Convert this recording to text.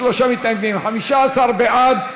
23 מתנגדים, 15 בעד.